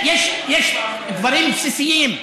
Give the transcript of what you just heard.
יש דברים בסיסיים.